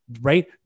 right